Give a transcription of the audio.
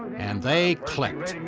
and they clicked,